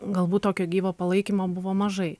galbūt tokio gyvo palaikymo buvo mažai